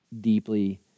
deeply